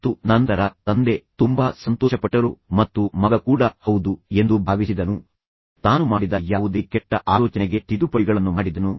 ಮತ್ತು ನಂತರ ತಂದೆ ತುಂಬಾ ಸಂತೋಷಪಟ್ಟರು ಮತ್ತು ಮಗ ಕೂಡ ಹೌದು ಎಂದು ಭಾವಿಸಿದನು ತಾನು ಮಾಡಿದ ಯಾವುದೇ ಕೆಟ್ಟ ಆಲೋಚನೆಗೆ ತಿದ್ದುಪಡಿಗಳನ್ನು ಮಾಡಿದನು